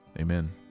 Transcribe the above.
Amen